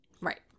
Right